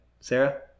Sarah